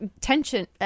tension